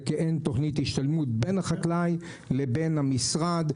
זה כעין תוכנית השתלמות בין החקלאי לבין המשרד,